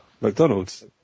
McDonald's